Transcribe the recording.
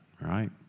right